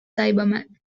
cybermen